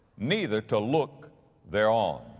neither to look thereon.